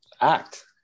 act